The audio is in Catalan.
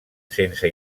sense